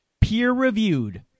peer-reviewed